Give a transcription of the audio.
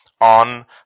on